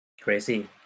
crazy